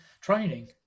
training